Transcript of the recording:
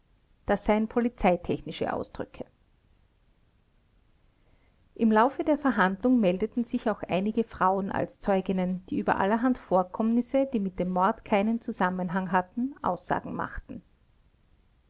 das seien polizeitechnische ausdrücke im laufe der verhandlung meldeten sich auch einige frauen als zeuginnen die über allerhand vorkommnisse die mit dem mord keinen zusammenhang hatten aussagen machten